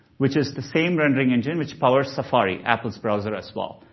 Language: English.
which is the same rendering engine which powers safari, apple's browser, as well.